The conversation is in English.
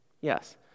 Yes